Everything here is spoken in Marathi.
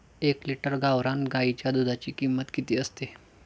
एक लिटर गावरान गाईच्या दुधाची किंमत किती असते?